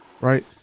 right